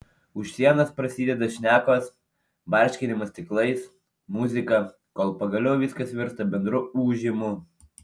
už sienos prasideda šnekos barškinimas stiklais muzika kol pagaliau viskas virsta bendru ūžimu